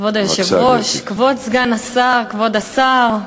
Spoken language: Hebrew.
כבוד היושב-ראש, כבוד סגן השר, כבוד השר,